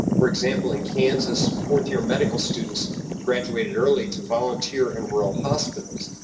for example, in kansas, fourth-year medical students graduated early to volunteer in rural hospitals.